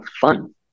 fun